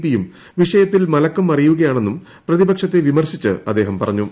P യും വിഷയത്തിൽ മലക്കം മറിയുകയാണെന്നും പ്രതിപക്ഷത്തെ വിമർശിച്ച് അദ്ദേഹം പറഞ്ഞു